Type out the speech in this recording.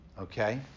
Okay